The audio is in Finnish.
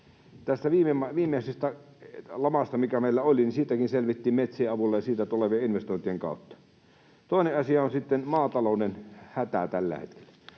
käynyt? Viimeisestä lamastakin, mikä meillä oli, selvittiin metsien avulla ja niistä tulevien investointien kautta. Toinen asia on sitten maatalouden hätä tällä hetkellä.